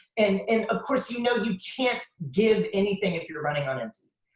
and and of course, you know you can't give anything if you're running on empty.